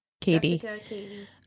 Katie